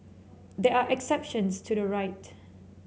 there are exceptions to the right